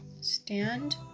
Stand